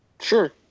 Sure